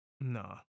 nah